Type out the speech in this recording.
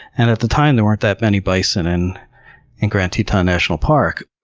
and at the time there weren't that many bison in and grand teton national park.